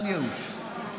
אל ייאוש.